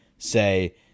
say